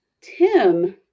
Tim